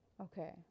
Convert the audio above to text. Okay